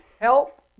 Help